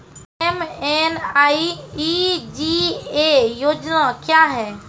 MNREGA योजना क्या हैं?